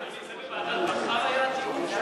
אדוני, זה בוועדת-בכר היה, התיקון?